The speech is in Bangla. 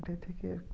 ওদের থেকে